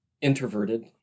introverted